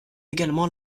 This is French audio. également